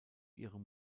ihrem